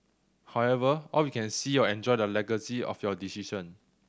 however all we can see or enjoy the legacy of your decision